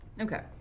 Okay